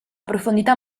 profondità